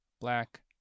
black